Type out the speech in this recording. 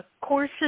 courses